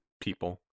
people